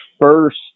first